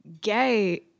gay